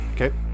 Okay